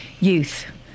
youth